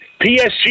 PSG